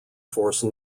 force